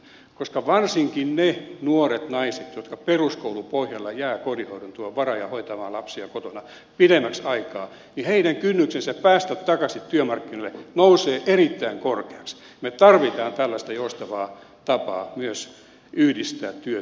koska varsinkin niiden nuorten naisten jotka peruskoulupohjalla jäävät kotihoidon tuen varaan ja hoitamaan lapsia kotona pidemmäksi aikaa kynnys päästä takaisin työmarkkinoille nousee erittäin korkeaksi me tarvitsemme tällaista joustavaa tapaa myös yhdistää työtä ja perhettä